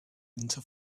into